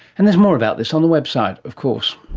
and there's more about this on the website of course.